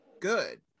good